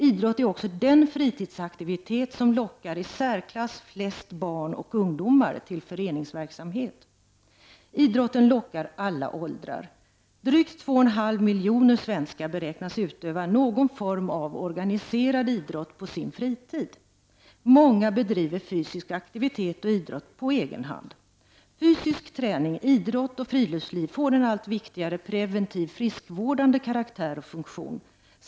Idrott är också den fritidsaktivitet som lockar i särklass flest barn och ungdomar till föreningsverksamhet. Idrotten lockar alla åldrar. Drygt 2,5 miljoner svenskar beräknas utöva någon form av organiserad idrott på sin fritid. Många bedriver fysisk aktivitet och idrott på egen hand. Fysisk träning, idrott och friluftsliv får en allt viktigare preventiv friskvårdande karaktär och funktion.